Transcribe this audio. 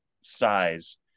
size